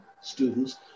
students